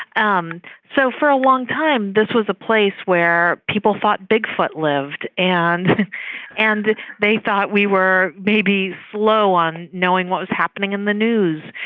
um so for a long time, this was a place where people thought bigfoot lived and and they thought we were maybe low on knowing what was happening in the news.